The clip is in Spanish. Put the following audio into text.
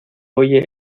oye